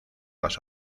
las